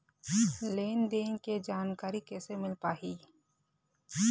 लेन देन के जानकारी कैसे मिल पाही?